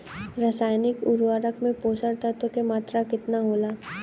रसायनिक उर्वरक मे पोषक तत्व के मात्रा केतना होला?